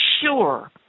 sure